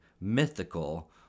mythical